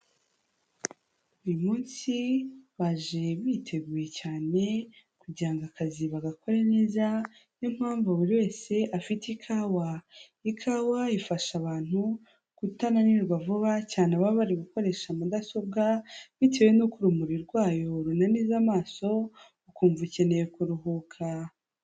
Uyu munsi baje biteguye cyane kugira ngo akazi bagakore neza, ni yo mpamvu buri wese afite ikawa. Ikawa ifasha abantu kutananirwa vuba, cyane ababa bari gukoresha mudasobwa, bitewe n'uko urumuri rwayo runaniza amaso, ukumva ukeneye kuruhuka.